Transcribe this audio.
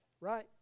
right